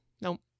Nope